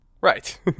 Right